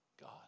God